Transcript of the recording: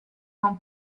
non